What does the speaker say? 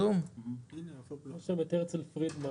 הרצל פרידמן,